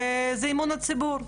בגלל הבחירות,